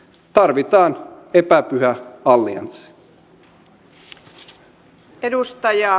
tarvitaan epäpyhä allianssi